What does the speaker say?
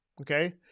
okay